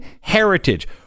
heritage